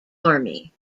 army